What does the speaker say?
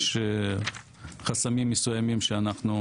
יש חסמים מסוימים שאנחנו